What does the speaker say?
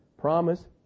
promise